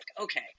okay